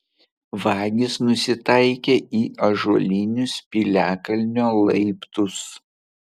vagys nusitaikė į ąžuolinius piliakalnio laiptus